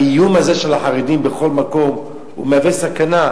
האיום הזה של החרדים בכל מקום מהווה סכנה,